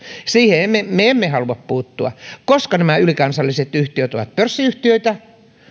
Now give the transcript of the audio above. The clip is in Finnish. siihen me me emme halua puuttua koska nämä ylikansalliset yhtiöt ovat pörssiyhtiöitä